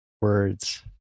words